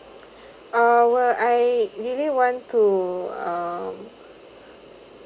uh will I really want to um